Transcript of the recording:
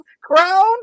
crown